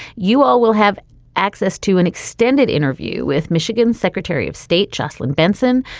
you all will have access to an extended interview with michigan secretary of state jocelyn benson,